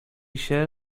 się